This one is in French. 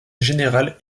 générale